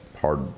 hard